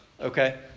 Okay